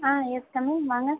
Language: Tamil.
ஆ யெஸ் கம்மின் வாங்க